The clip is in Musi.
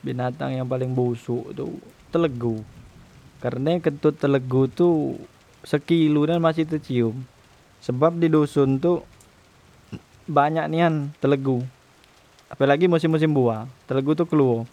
Binatang yang paling bosok tu telegu, karne kentot telegu tu sekilo nian masih tecium sebab di doson tu banyak nian telegu apelagi musim musim buah telegu tu kluo